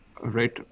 right